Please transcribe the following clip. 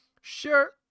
sure